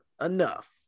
enough